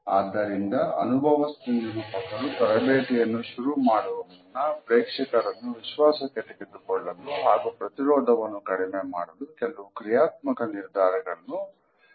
ಆದ್ದರಿಂದ ಅನುಭವಸ್ಥ ನಿರೂಪಕರು ತರಬೇತಿಯನ್ನು ಶುರು ಮಾಡುವ ಮುನ್ನ ಪ್ರೇಕ್ಷಕರನ್ನು ವಿಶ್ವಾಸಕ್ಕೆ ತೆಗೆದುಕೊಳ್ಳಲು ಹಾಗೂ ಪ್ರತಿರೋಧವನ್ನು ಕಡಿಮೆಮಾಡಲು ಕೆಲವು ಕ್ರಿಯಾತ್ಮಕ ನಿರ್ಧಾರಗಳನ್ನು ತೆಗೆದುಕೊಳ್ಳುತ್ತಾರೆ